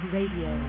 Radio